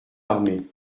armée